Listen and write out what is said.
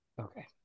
Okay